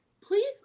please